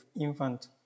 infant